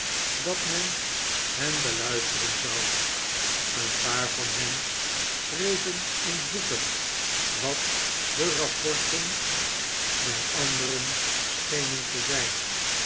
dat men hen beluisteren zou een paar van hen schreven in boeken wat de rapporten der anderen schenen te zijn